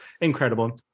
Incredible